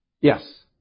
Yes